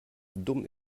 dumm